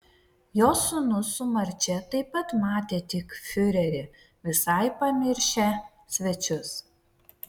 jo sūnus su marčia taip pat matė tik fiurerį visai pamiršę svečius